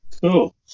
Cool